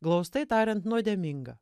glaustai tariant nuodėmingą